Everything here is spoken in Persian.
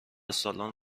سالن